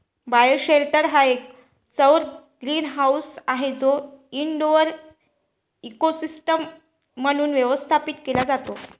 bioshelter हे एक सौर ग्रीनहाऊस आहे जे इनडोअर इकोसिस्टम म्हणून व्यवस्थापित केले जाते